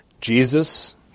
Jesus